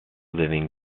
living